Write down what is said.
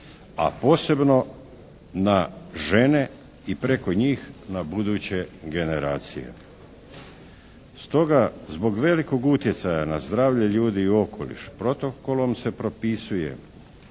a posebno na žene i preko njih na buduće generacije. Stoga zbog velikog utjecaja na zdravlje ljudi i okoliš Protokolom se propisuje